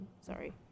Sorry